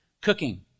cooking